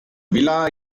villa